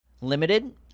limited